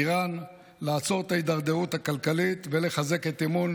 איראן, לעצור את ההידרדרות הכלכלית ולחזק את אמון